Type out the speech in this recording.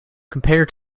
compared